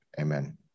Amen